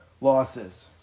losses